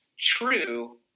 true